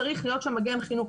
צריך להיות שם מגן חינוך.